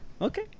Okay